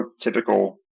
typical